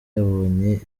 yabonye